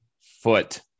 foot